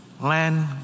land